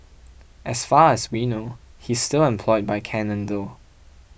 as far as we know he's still employed by Canon though